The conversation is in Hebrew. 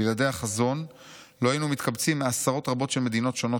בלעדי החזון לא היינו מתקבצים מעשרות רבות של מדינות שונות,